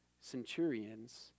centurion's